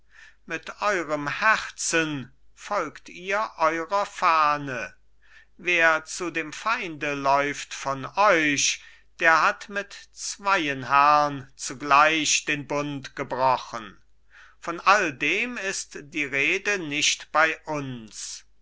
mit eurem herzen folgt ihr eurer fahne wer zu dem feinde läuft von euch der hat mit zweien herrn zugleich den bund gebrochen von all dem ist die rede nicht bei uns